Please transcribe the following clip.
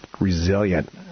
resilient